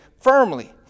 firmly